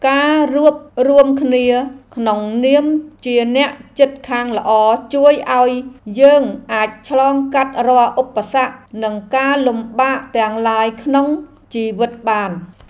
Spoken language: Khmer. ការរួបរួមគ្នាក្នុងនាមជាអ្នកជិតខាងល្អជួយឱ្យយើងអាចឆ្លងកាត់រាល់ឧបសគ្គនិងការលំបាកទាំងឡាយក្នុងជីវិតបាន។